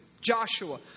Joshua